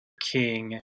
king